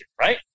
right